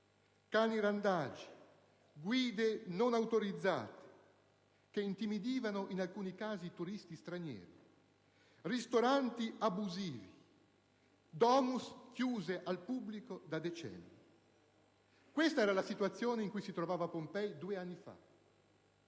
cani randagi, guide non autorizzate che intimidivano in alcuni casi i turisti stranieri, ristoranti abusivi, *domus* chiuse al pubblico da decenni. Questa era la situazione in cui si trovava Pompei due anni fa.